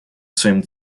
своим